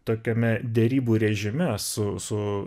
tokiame derybų režime su su